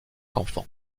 enfants